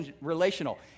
relational